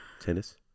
Tennis